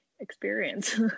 experience